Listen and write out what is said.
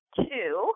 two